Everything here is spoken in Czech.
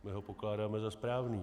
My ho pokládáme za správný.